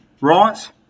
right